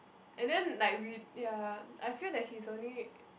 and then like we ya I feel that he's only